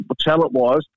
talent-wise